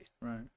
right